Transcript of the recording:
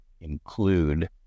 include